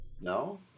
No